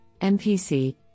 MPC